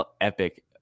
epic